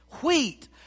Wheat